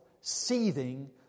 seething